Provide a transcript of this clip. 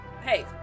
Hey